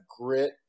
grit